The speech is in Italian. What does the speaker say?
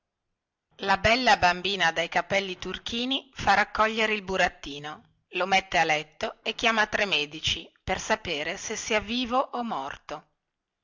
la bella bambina dai capelli turchini fa raccogliere il burattino lo mette a letto e chiama tre medici per sapere se sia vivo o morto